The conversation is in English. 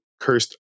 cursed